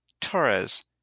Torres